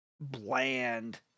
bland